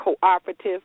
cooperative